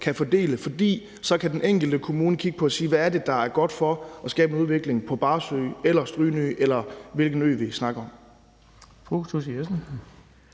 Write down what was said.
kan fordele. For så kan den enkelte kommune kigge på det og sige, hvad det er, der er godt for at skabe en udvikling på Barsø, Strynø, eller hvilken ø vi snakker om.